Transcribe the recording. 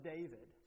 David